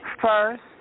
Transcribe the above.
First